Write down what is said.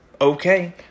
okay